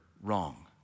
wrong